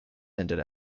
ended